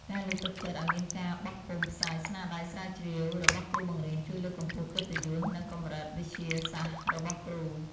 ការលើកទឹកចិត្តឱ្យមានការបោះពុម្ពផ្សាយស្នាដៃស្រាវជ្រាវរបស់គ្រូបង្រៀនជួយលើកកម្ពស់កិត្តិយសនិងកម្រិតវិទ្យាសាស្ត្ររបស់គ្រូ។